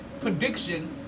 prediction